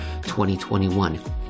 2021